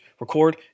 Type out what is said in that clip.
record